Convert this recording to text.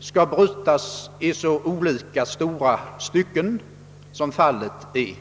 skall brytas i så olika stora stycken som fallet är.